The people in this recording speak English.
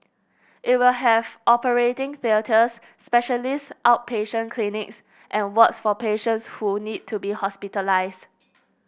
it will have operating theatres specialist outpatient clinics and wards for patients who need to be hospitalise